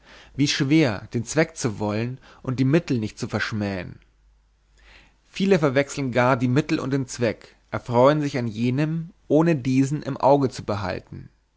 wie schwer den zweck zu wollen und die mittel nicht zu verschmähen viele verwechseln gar die mittel und den zweck erfreuen sich an jenen ohne diesen im auge zu behalten